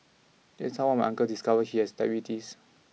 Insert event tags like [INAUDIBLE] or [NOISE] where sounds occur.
[UNINTELLIGIBLE] my uncles discovered he has diabetes